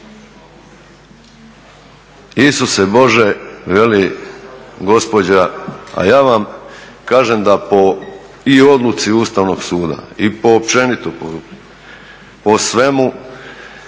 Isuse Bože veli gospođa, a ja vam kažem da i po odluci Ustavnog suda i po općenito po svemu